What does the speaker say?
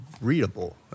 readable